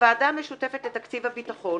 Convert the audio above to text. הוועדה המשותפת לתקציב הביטחון